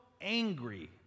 angry